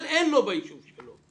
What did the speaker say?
נניח ילד על כיסא גלגלים בשילוב,